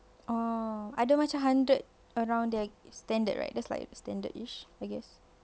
oh I ada macam hundred around there standard right that's like standardish I guess